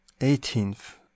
Eighteenth